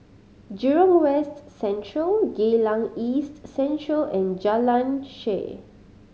Jurong West Central Geylang East Central and Jalan Shaer